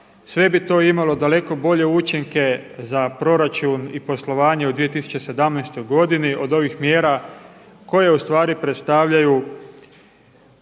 Sve bi to imalo daleko bolje učinke za proračun i poslovanje u 2017. godini od ovih mjera koje u stvari predstavljaju